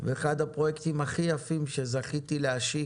ואחד הפרויקטים הכי יפים שזכיתי להשיק,